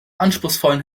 anspruchsvollen